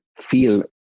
feel